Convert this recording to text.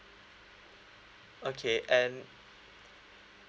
okay and